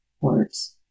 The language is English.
words